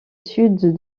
sud